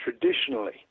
traditionally